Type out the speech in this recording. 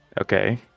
Okay